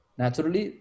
naturally